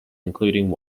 including